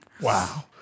Wow